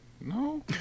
no